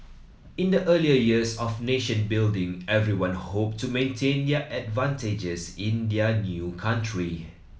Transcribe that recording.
in the early years of nation building everyone hoped to maintain their advantages in their new country